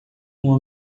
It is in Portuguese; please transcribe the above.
uma